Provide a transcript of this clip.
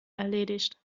erledigt